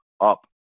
up